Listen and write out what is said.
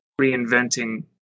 reinventing